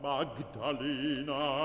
Magdalena